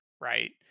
right